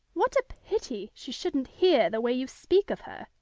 what a pity she shouldn't hear the way you speak of her!